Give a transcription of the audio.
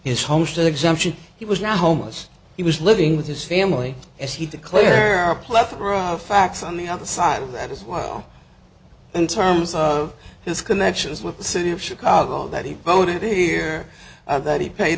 his homestead exemption he was not homeless he was living with his family as he to clear a plethora of facts on the other side of that as well in terms of his connections with the city of chicago that he voted here that he paid